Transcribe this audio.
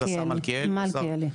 מלכיאלי.